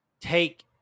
take